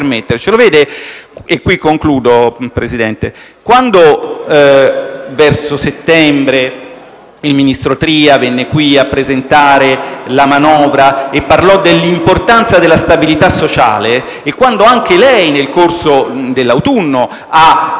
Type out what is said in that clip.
- e concludo, Presidente